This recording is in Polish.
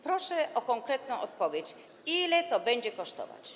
Proszę o konkretną odpowiedź: Ile to będzie kosztować?